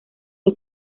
que